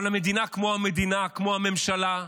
אבל המדינה, כמו המדינה, כמו הממשלה,